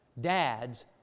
Dad's